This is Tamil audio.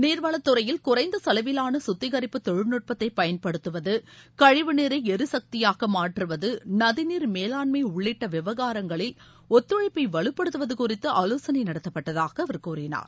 நீர்வளத்துறையில் குறைந்த செலவிலான சுத்திகரிப்பு தொழில்நுட்பத்தை பயன்படுத்துவது கழிவுநீரை எரிசக்தியாக மாற்றுவது நதிநீர் மேலாண்மை உள்ளிட்ட விவகாரங்களில் ஒத்துழைப்பை வலுப்படுத்துவது குறித்து ஆலோசனை நடத்தப்பட்டதாக அவர் கூறினார்